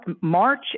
March